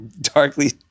darkly